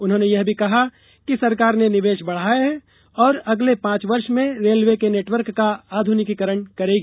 उन्होंने यह भी कहा कि सरकार ने निवेश बढ़ाया है और अगले पांच वर्ष में रेलवे के नेटवर्क का आधुनिकीकरण करेगी